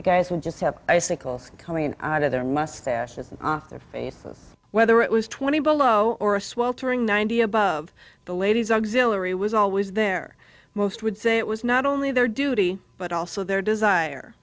he guys would just have icicles coming out of their mustaches off their faces whether it was twenty below or a sweltering ninety above the ladies auxilary was always their most would say it was not only their duty but also their desire